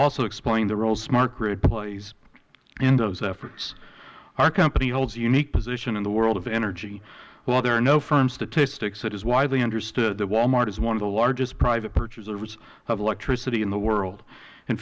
also explain the role smart grid plays in those efforts our company holds the unique position in the world of energy while there are no firm statistics it is widely understood that wal mart is one of the largest private purchasers of electricity in the world in